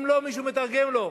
אם לא, מישהו מתרגם לו.